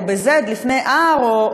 או ב-z לפני r.